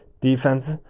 Defense